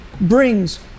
brings